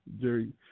Jerry